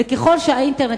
ככל שהאינטרנט,